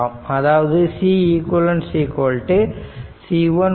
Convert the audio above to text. அதாவது Ceq C1 C2